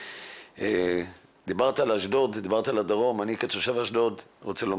לקח יום שלם עד שזה הגיע